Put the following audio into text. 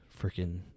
freaking